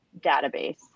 database